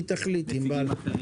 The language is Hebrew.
היא תחליט אם היא רוצה.